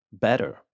better